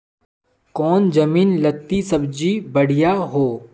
कौन जमीन लत्ती सब्जी बढ़िया हों?